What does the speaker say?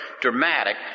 dramatic